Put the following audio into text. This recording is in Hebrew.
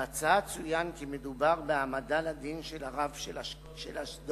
בהצעה צוין כי מדובר בהעמדה לדין של הרב של אשדוד.